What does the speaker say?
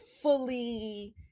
fully